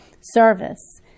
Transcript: service